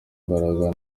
mbaraga